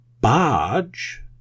barge